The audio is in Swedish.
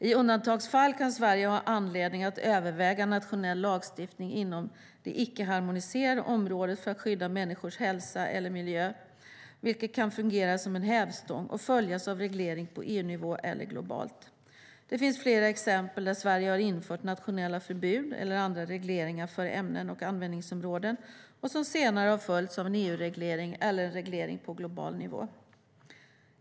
I undantagsfall kan Sverige ha anledning att överväga nationell lagstiftning inom det icke-harmoniserade området för att skydda människors hälsa eller miljön, vilket kan fungera som en hävstång och följas av reglering på EU-nivå eller globalt. Det finns flera exempel där Sverige har infört nationella förbud eller andra regleringar för ämnen och användningsområden och som senare har följts av en EU-reglering eller en reglering på global nivå.